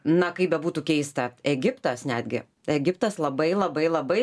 na kaip bebūtų keista egiptas netgi egiptas labai labai labai